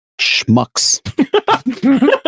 schmucks